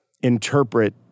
interpret